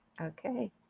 okay